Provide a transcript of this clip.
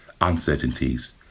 uncertainties